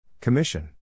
Commission